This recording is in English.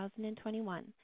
2021